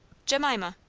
jemima.